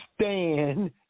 stand